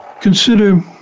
Consider